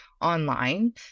online